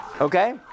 Okay